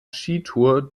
skitour